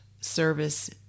Service